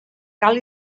cal